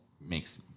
makes